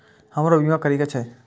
हमरो बीमा करीके छः?